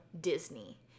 Disney